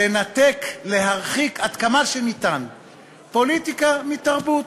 לנתק ולהרחיק עד כמה שניתן פוליטיקה מתרבות.